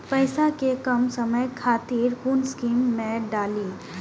पैसा कै कम समय खातिर कुन स्कीम मैं डाली?